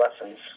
lessons